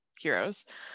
heroes